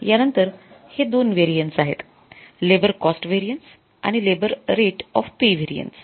यांनतर हे दोन व्हेरिएन्स आहेत लेबर कॉस्ट व्हेरिएन्स आणि labour rate of pay variance